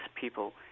people